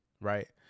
Right